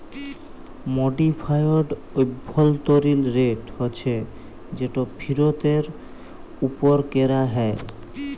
modified অভ্যলতরিল rate হছে যেট ফিরতের উপর ক্যরা হ্যয়